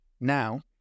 Now